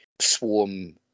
swarm